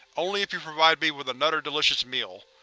only if you provide me with another delicious meal!